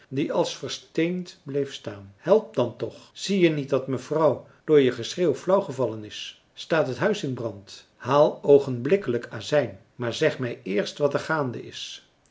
die als versteend bleef staan help dan toch zie je niet dat mevrouw door je geschreeuw flauw gevallen is staat het huis in brand haal oogenblikkelijk azijn maar zeg mij eerst wat er gaande is